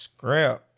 Scrap